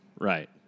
Right